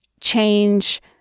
Change